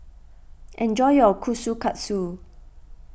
enjoy your Kushikatsu